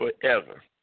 forever